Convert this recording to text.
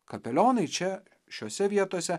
kapelionai čia šiose vietose